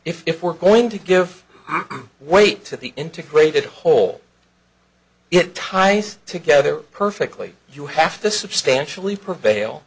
if we're going to give weight to the integrated whole it ties together perfectly you have to substantially prevail